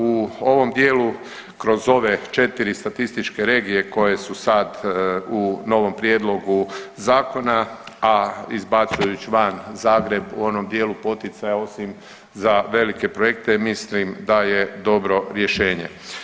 U ovom dijelu kroz ove četiri statističke regije koje su sad u novom prijedlogu zakona, a izbacujuć van Zagreb u onom dijelu poticaja osim za velike projekte mislim da je dobro rješenje.